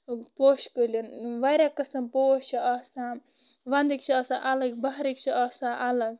پوشہِ کُلٮ۪ن واریاہ قٕسم پوش چھِ آسان ونٛدٕکۍ چھِ آسان الگ بہرٕکۍ چھِ آسان الگ